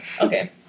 Okay